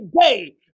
day